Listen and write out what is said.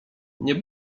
nie